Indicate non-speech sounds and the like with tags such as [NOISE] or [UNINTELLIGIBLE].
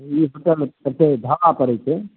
ई [UNINTELLIGIBLE] एतहि ढाबा पड़ैत छै